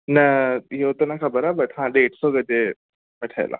न इहो त न ख़बर आहे बट हा ॾेढ सौ गज में ठहियल आहे